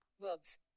verbs